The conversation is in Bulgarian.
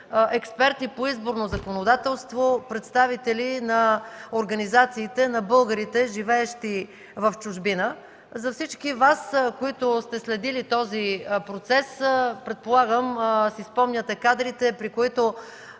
експерти по изборно законодателство, представители на организациите на българите, живеещи в чужбина. За всички Вас, които сте следили този процес – предполагам си спомняте кадрите, при които